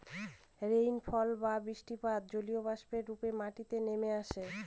rainfall বা বৃষ্টিপাত জলীয়বাষ্প রূপে মাটিতে নেমে আসে